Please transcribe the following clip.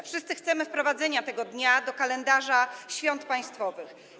Wszyscy chcemy wprowadzenia tego dnia do kalendarza świąt państwowych.